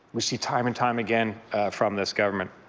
we see time and time again from this government.